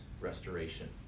restoration